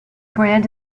brand